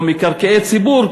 או למקרקעי ציבור,